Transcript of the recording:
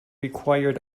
required